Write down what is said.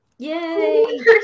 Yay